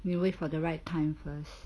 you wait for the right time first